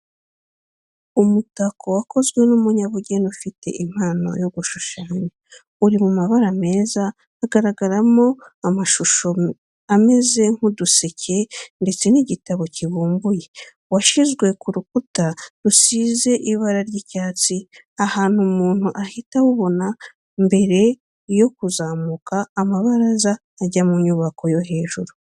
Umutako wakozwe n'umunyabugeni ufite impano yo gushushanya, uri mu mabara meza hagaragaramo amashusho ameze nk'uduseke ndetse n'igitabo kibumbuye, washyizwe ku rukuta rusize ibara ry'icyatsi ahantu umuntu ahita awubona mbere yo kuzamuka amabaraza ajya mu nyubako yo hejuru.